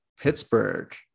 Pittsburgh